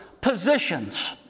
positions